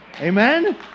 Amen